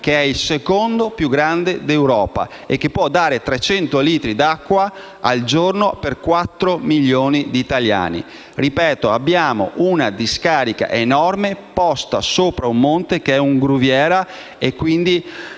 che è il secondo più grande d'Europa e che può dare 300 litri di acqua al giorno per quattro milioni di italiani. Ripeto: abbiamo una discarica enorme posta sopra un monte che è un gruviera e che